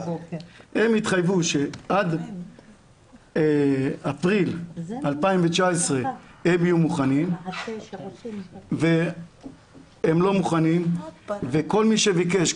הם התחייבו שעד אפריל 2019 הם יהיו מוכנים והם לא מוכנים וכל מי שביקש,